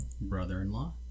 brother-in-law